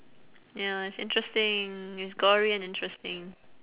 ya it's interesting it's gory and interesting